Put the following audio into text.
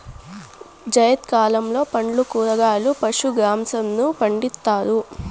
జైద్ కాలంలో పండ్లు, కూరగాయలు, పశు గ్రాసంను పండిత్తారు